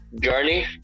journey